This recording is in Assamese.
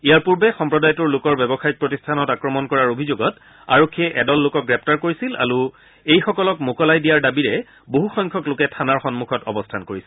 ইয়াৰ পূৰ্বে সম্প্ৰদায়টোৰ লোকৰ ব্যৱসায়িক প্ৰতিষ্ঠানত আক্ৰমণ কৰাৰ অভিযোগত আৰক্ষীয়ে এদল লোকক গ্ৰেপ্তাৰ কৰিছিল আৰু এইলোকসকলক মোকলাই দিয়াৰ দাবীৰে বহুসংখ্যক লোকে থানাৰ সন্মুখত অৱস্থান কৰিছিল